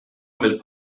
mill